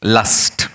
Lust